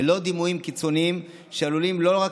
ללא דימויים קיצוניים שעלולים לא רק